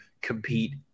compete